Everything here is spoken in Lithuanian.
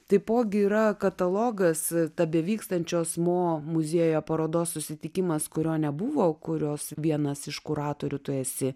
taipogi yra katalogas tebevykstančios mo muziejo parodos susitikimas kurio nebuvo kurios vienas iš kuratorių tu esi